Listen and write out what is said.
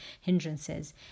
hindrances